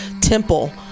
temple